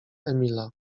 emila